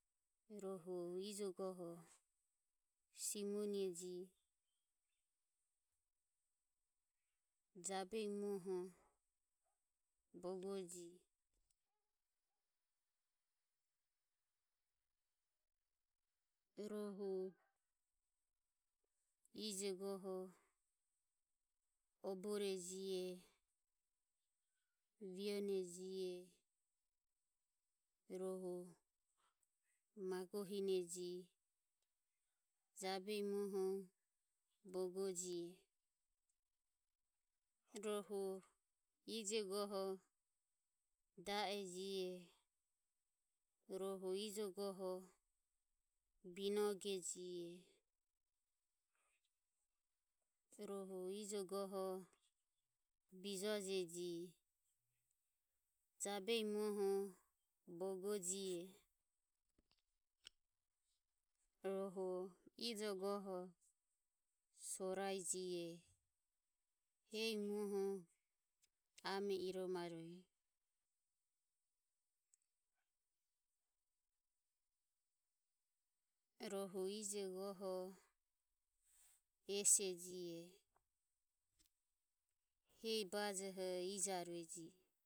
Rohu ije goho Simonieji jabehi muoho bogo ji. Rohu ije goho Obore jihe Mienie jihe. Rohu Magohine jie jabehi muoho bogo jihe rohu ije goho Dae jihe, rohu ije goho Binoge jihe rohu ije goho bijoji jihe jobehi muoho bogo jihe. rohu ijo goho sorai jihe hehi muoho ame iromarue, rohu ije goho Ese jihe hehi bajo eho ija roeji.